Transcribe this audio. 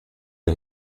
der